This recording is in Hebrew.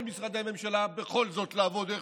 משרדי הממשלה בכל זאת לעבוד איכשהו.